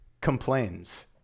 complains